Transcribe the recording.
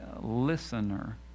listener